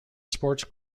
sports